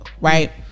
right